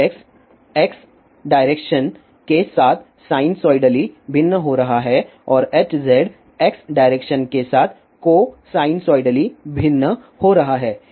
Hx x direction के साथ sinusoidally भिन्न हो रहा है और Hz x डायरेक्शन के साथ को साइनसॉइडली भिन्न हो रहा है